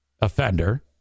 offender